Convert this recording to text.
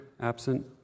Absent